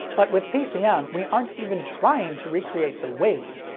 but with pcm, we aren't even trying to recreate the wave.